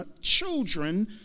children